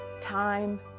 time